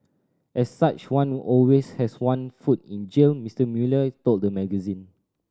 as such one always has one foot in jail Mister Mueller told the magazine